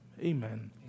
Amen